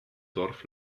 dorf